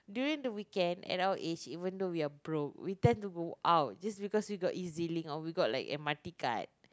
during the weekend at our age even though we're broke we tend to go out just because we got Ezlink or we got like M_R_T card